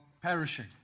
perishing